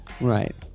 Right